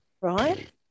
right